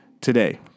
today